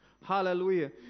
Hallelujah